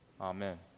Amen